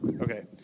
Okay